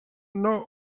known